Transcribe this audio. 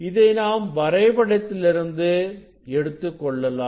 இதை நாம் வரைபடத்திலிருந்து எடுத்துக்கொள்ளலாம்